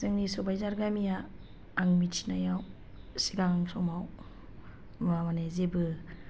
जोंनि सबायझार गामिया आं मिथिनायाव सिगां समाव माबा माने जेबो